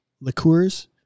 liqueurs